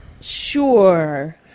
Sure